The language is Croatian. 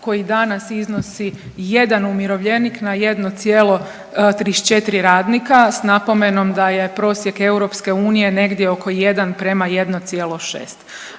koji danas iznosi jedan umirovljenik na 1,34 radnika s napomenom da je prosjek EU negdje oko 1 prema 1,6.